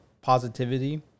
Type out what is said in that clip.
positivity